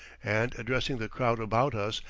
and, addressing the crowd about us,